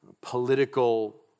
political